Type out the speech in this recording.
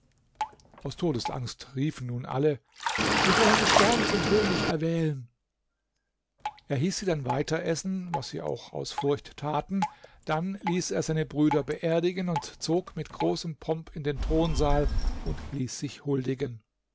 aus todesangst riefen nun alle wir wollen dich gerne zum könig erwählen er hieß sie dann weiter essen was sie auch aus furcht taten dann ließ er seine brüder beerdigen und zog mit großem pomp in den thronsaal und ließ sich huldigen